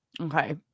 Okay